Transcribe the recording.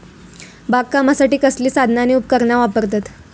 बागकामासाठी कसली साधना आणि उपकरणा वापरतत?